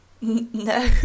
No